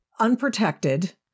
unprotected